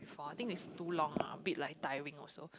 for I think it's too long ah a bit like tiring also